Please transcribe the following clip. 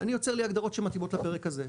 אני יוצר לי הגדרות שמתאימות לפרק הזה.